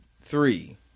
Three